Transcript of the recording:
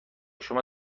شما